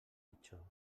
pitjor